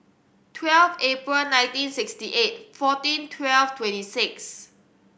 twelve April nineteen sixty eight fourteen twelve twenty six